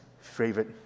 favorite